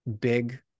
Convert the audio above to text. big